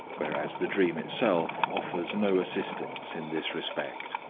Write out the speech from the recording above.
whereas the dream itself offers no assistance in this respect.